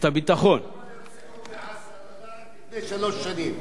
את הביטחון, כמה נרצחו בעזה לפני שלוש שנים?